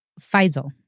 Faisal